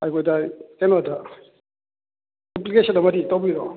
ꯋꯥꯔꯤ ꯋꯇꯥꯏ ꯀꯩꯅꯣꯗ ꯑꯦꯄ꯭ꯂꯤꯀꯦꯁꯟ ꯑꯃꯗꯤ ꯇꯧꯕꯤꯔꯛꯑꯣ